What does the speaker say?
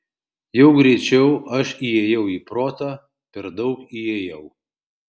jau greičiau aš įėjau į protą per daug įėjau